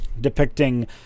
Depicting